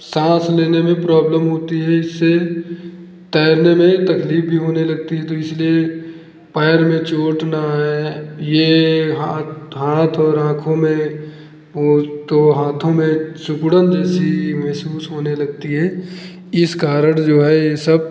साँस लेने में प्रॉब्लम होती है इससे तैरने में तकलीफ़ भी होने लगती है तो इसलिए पैर में चोट न आए ये हाथ हाथ और आँखों में वो तो हाथों में सिकुड़न जैसी महसूस होने लगती है इस कारण जो है ये सब